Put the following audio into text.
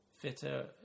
fitter